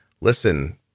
listen